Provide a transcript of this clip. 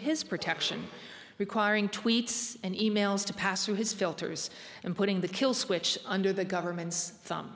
his protection requiring tweets and e mails to pass through his filters and putting the kill switch under the government's thumb